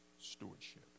stewardship